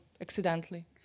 accidentally